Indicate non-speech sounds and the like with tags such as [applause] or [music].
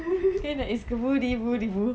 [laughs]